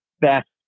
best